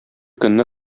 көнне